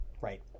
Right